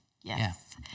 Yes